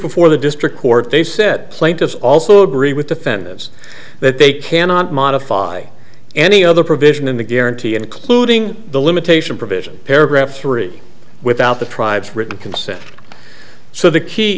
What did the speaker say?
before the district court they said plaintiffs also agree with defendants that they cannot modify any other provision in the guarantee including the limitation provision paragraph three without the tribes written consent so the key